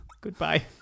Goodbye